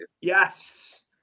Yes